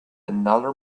another